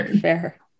fair